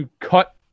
cut